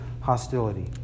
hostility